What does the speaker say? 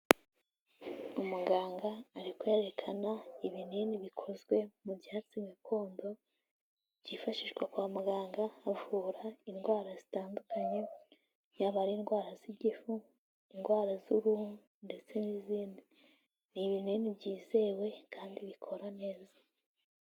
Umuganga ari kwerekana, ibinini bikozwe mu byatsi gakondo, byifashishwa kwa muganga, bavura indwara zitandukanye, yaba ari indwara z'igifu, indwara z'uruhu, ndetse n'izindi. Ni ibinini byizewe kandi bikora neza.